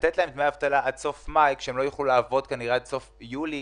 לתת להם דמי אבטלה עד סוף מאי כשהם לא יוכלו לעבוד עד סוף יולי,